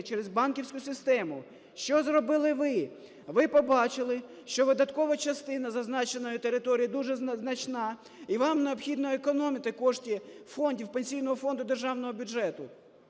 через банківську систему. Що зробили ви? Ви побачили, що видаткова частина зазначеної території дуже значна і вам необхідно економити кошти фондів Пенсійного фонду і державного бюджету,